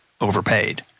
overpaid